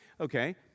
Okay